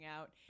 out